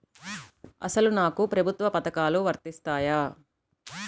అసలు నాకు ప్రభుత్వ పథకాలు వర్తిస్తాయా?